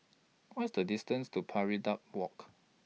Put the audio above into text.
What IS The distance to Pari Walk